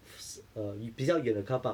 err 里比较远的 carpark